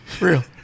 Real